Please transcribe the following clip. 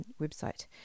website